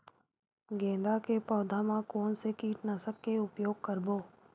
गेंदा के पौधा म कोन से कीटनाशक के उपयोग करबो?